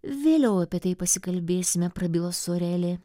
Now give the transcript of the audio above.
vėliau apie tai pasikalbėsime prabilo sorelė